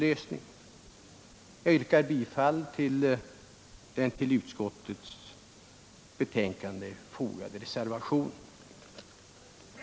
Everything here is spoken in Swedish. Jag yrkar bifall till den vid utskottets betänkande fogade reservationen 1.